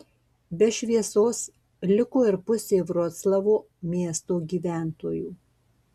be šviesos liko ir pusė vroclavo miesto gyventojų